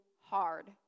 hard